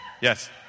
Yes